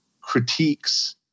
critiques